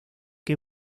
que